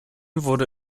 wurde